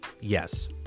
Yes